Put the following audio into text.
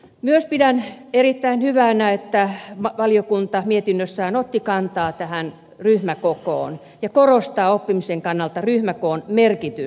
myös pidän erittäin hyvänä että valiokunta mietinnössään otti kantaa tähän ryhmäkokoon ja korostaa oppimisen kannalta ryhmäkoon merkitystä